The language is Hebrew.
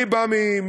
אני בא מעשייה.